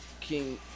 King